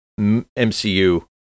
MCU